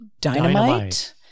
dynamite